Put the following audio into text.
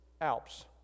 Alps